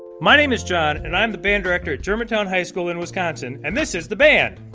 my name is john. and i'm the band director at germantown high school in wisconsin. and this is the band